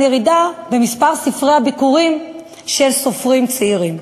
ירידה במספר ספרי הביכורים של סופרים צעירים.